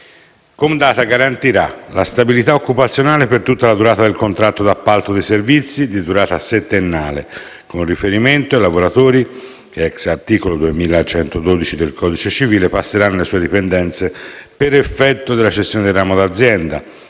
Comdata garantirà la stabilità occupazionale per tutta la durata del contratto di appalto di servizi di durata settennale con riferimento ai lavoratori che, *ex* articolo 2112 del codice civile, passeranno alle sue dipendenze per effetto della cessione di ramo d'azienda,